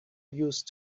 used